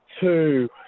Two